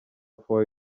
fawe